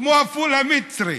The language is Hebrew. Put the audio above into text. כמו הפול המצרי.